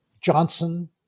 Johnson